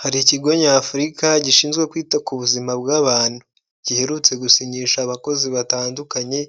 Hari ikigo nyafurika gishinzwe kwita ku buzima bw’abantu, giherutse gusinyisha abakozi batandukanye